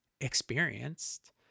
experienced